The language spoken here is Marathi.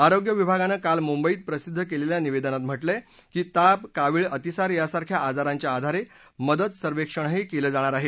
आरोग्य विभागानं काल मुंबईत प्रसिद्ध केलेल्या निवेदनात म्हटलंय की ताप कावीळ अतिसार यासारख्या आजारांच्या आधारे मदत सर्वेक्षणही केलं जाणार आहे